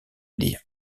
dire